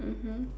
mmhmm